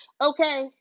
Okay